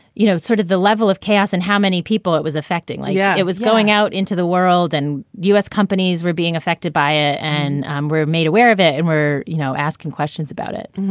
you know, sort of the level of chaos and how many people it was affecting. like yeah, it was going out into the world and u s. companies were being affected by it and um we're made aware of it and we're, you know, asking questions about it.